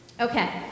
Okay